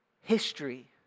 History